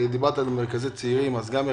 דיברת על מרכזי צעירים אז גם היום